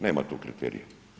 Nema tu kriterija.